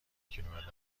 کیلومتر